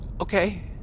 Okay